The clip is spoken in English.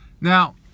Now